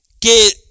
que